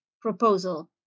proposal